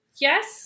Yes